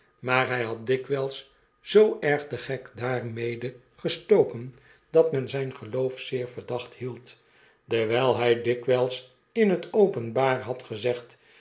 maar hy nad dikwyis zoo erg den gek daarmede gestoken dat men zyn geloof zeer verdacht hield dewyl hy dikwijls in net openbaar had gezegd